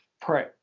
pray